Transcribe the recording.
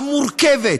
המורכבת,